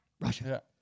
Russia